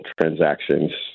transactions